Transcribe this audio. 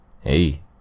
Hey